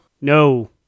No